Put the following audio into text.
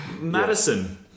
Madison